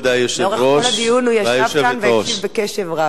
לאורך כל הדיון הוא ישב כאן והקשיב בקשב רב.